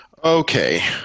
Okay